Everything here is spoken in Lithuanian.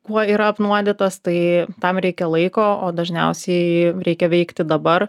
kuo yra apnuodytas tai tam reikia laiko o dažniausiai reikia veikti dabar